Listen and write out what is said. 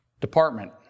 department